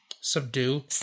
subdue